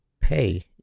pay